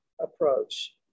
approach